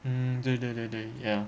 mm 对对对对 ya